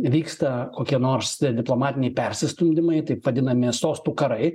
vyksta kokie nors diplomatiniai persistumdymai taip vadinami sostų karai